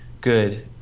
good